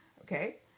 Okay